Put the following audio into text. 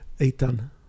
Eitan